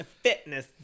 fitness